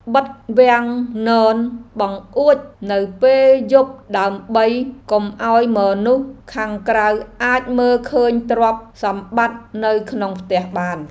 បិទវាំងននបង្អួចនៅពេលយប់ដើម្បីកុំឱ្យមនុស្សខាងក្រៅអាចមើលឃើញទ្រព្យសម្បត្តិនៅក្នុងផ្ទះបាន។